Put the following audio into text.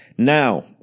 Now